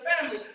family